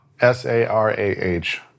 S-A-R-A-H